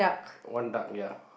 one duck ya